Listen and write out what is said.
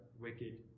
wicked